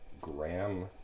graham